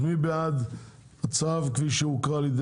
מי בעד הצו כפי שהוקרא?